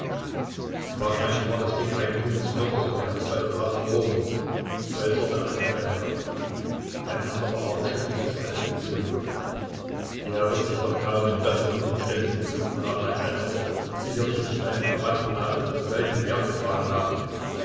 wahrscheinlich war das ding eigentum des mörders und er hat es bei der tat verloren äußerte einer der herren ein anderer aber schüttelte zweifelnd mit dem kopf der wird sich doch kaum in besseren umständen befunden haben als sein opfer und sicherlich nicht eine krawattennadel von solchem wert getragen haben